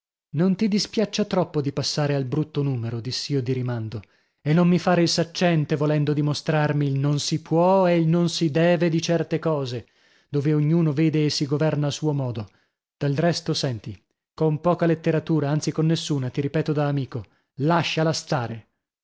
non ti dispiaccia troppo di passare al brutto numero diss'io di rimando e non mi fare il saccente volendo dimostrarmi il non si può e il non si deve di certe cose dove ognuno vede e si governa a suo modo del resto senti con poca letteratura anzi con nessuna ti ripeto da amico lasciala stare